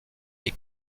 est